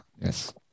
yes